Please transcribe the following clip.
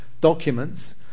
documents